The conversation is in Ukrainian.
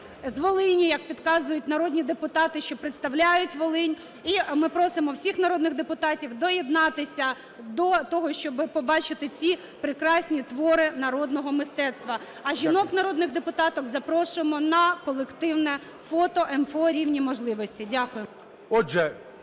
З Волині, як підказують народні депутати, що представляють Волинь. І ми просимо всіх народних депутатів доєднатися до того, щоби побачити ці прекрасні твори народного мистецтва. А жінок - народних депутаток запрошуємо на колективне фото МФО "Рівні можливості". Дякую.